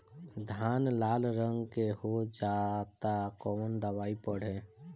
धान लाल रंग के हो जाता कवन दवाई पढ़े?